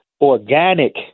organic